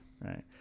right